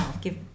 give